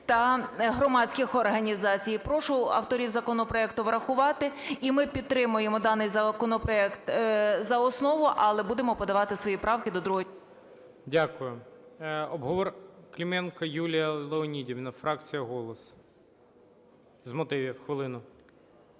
та громадських організацій. Прошу авторів законопроекту врахувати. І ми підтримуємо даний законопроект за основу, але будемо подавати свої правки до другого… ГОЛОВУЮЧИЙ. Дякую. Клименко Юлія Леонідівна, фракція "Голос", з мотивів, хвилину.